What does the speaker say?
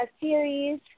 series